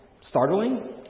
startling